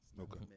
okay